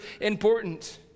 important